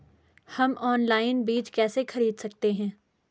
हम ऑनलाइन बीज कैसे खरीद सकते हैं?